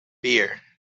beer